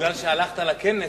בגלל שהלכת לכנס.